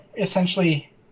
essentially